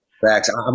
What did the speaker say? Facts